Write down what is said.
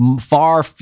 far